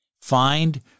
find